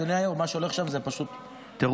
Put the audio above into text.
אדוני היושב-ראש, מה שהולך שם זה פשוט טירוף,